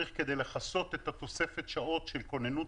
כדי לכסות את תוספת השעות של כוננות